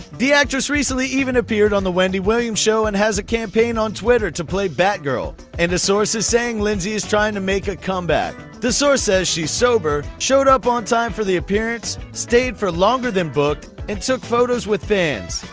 the actress recently even appeared on the wendy williams show and has a campaign on twitter to play batgirl, and a source is saying lindsay is trying to make a comeback. the source says she's sober, showed up on time for the appearance, stayed for longer than booked and took photos with fans.